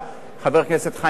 חבר הכנסת חיים כץ.